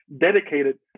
dedicated